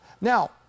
Now